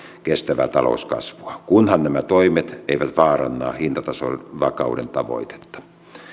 kestävää talouskasvua kunhan nämä toimet eivät vaaranna hintatason vakauden tavoitetta